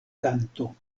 kanto